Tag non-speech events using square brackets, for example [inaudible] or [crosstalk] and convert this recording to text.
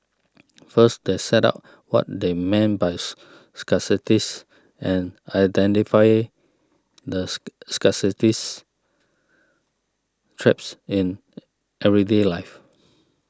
first they set out what they mean buys scarcity and identify the [hesitation] scarcity traps in everyday life